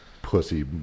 Pussy